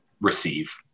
receive